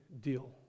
deal